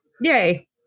yay